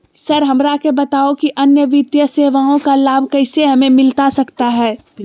Sir हमरा के बताओ कि अन्य वित्तीय सेवाओं का लाभ कैसे हमें मिलता सकता है?